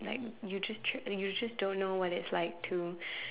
like you to to you just don't know what it's like to